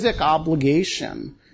obligation